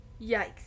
Yikes